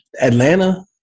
Atlanta